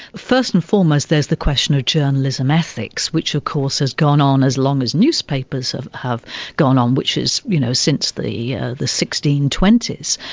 first and foremost there's the question of journalism ethics which of course has gone on as long as newspapers have gone on, which is you know since the ah the sixteen twenty s.